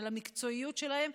על המקצועיות שלהן,